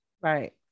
right